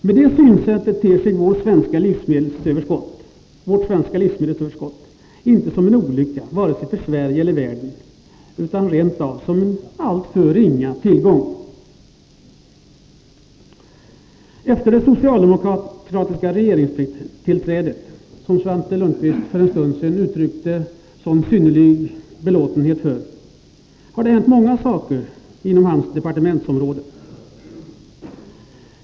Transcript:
Med det synsättet ter sig vårt svenska livsmedelsöverskott inte som en olycka vare sig för Sverige eller för världen utan rent av som en alltför ringa tillgång. Efter det socialdemokratiska regeringstillträdet, som Svante Lundkvist för en stund sedan uttryckte sådan synnerlig belåtenhet med, har det hänt många saker inom hans departementsområde.